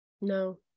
No